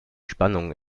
spannungen